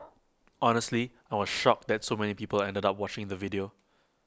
honestly I was shocked that so many people ended up watching the video